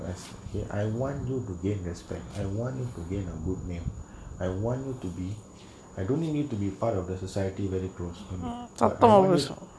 as you okay I want do to gain respect I want you to gain a good name I want you to be I don't need to be part of the society very close for need but I want you